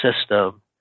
system